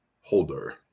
Holder